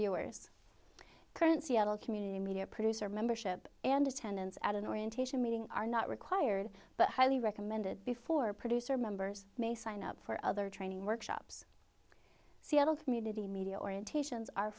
viewers current seattle community media producer membership and attendance at an orientation meeting are not required but highly recommended before producer members may sign up for other training workshops seattle community media orientations are